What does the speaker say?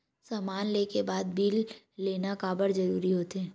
समान ले के बाद बिल लेना काबर जरूरी होथे?